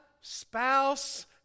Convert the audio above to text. spouse